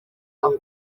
aho